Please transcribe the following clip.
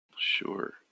Sure